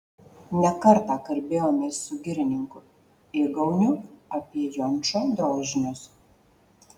ne kartą kalbėjomės su girininku igauniu apie jončo drožinius